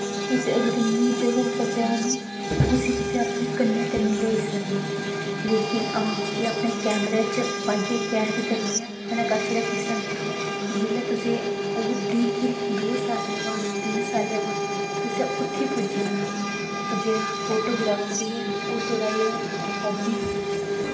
तुस अगर न्यू जगह् उप्पर जा ने उसी तुस अपने कन्नै कन्नै लेआई सकने लेकिन हां एह् अपने कैमरै च पाइयै कैद करियै अपने कश रक्खी सकने जेल्लै तुसें ओह् दिखगे दो साल्लें बाद तिन्न साल्लें बाद तुसें उत्थैं पुज्जी जाना ओह् जेह्ड़ा फोटोग्राफरी ऐ ओह् तोआड़ा जेह्ड़ा हाब्बी